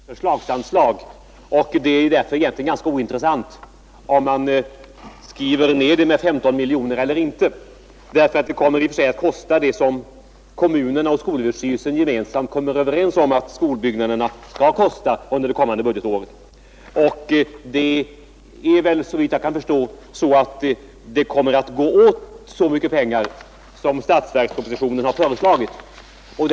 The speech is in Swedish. Herr talman! Det anslag som det här gäller är ett förslagsanslag, och därför är det ganska ointressant om man skriver ner det med 15 miljoner kronor eller inte, ty kostnaderna blir vad kommunerna och skolöverstyrelsen gemensamt kommer överens om att skolbyggnaderna skall kosta under det kommande budgetåret. Det kommer sannolikt att gå åt så mycket pengar som föreslagits i statsverkspropositionen.